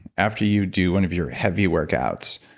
after you do one of your heavy workouts,